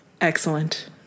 Excellent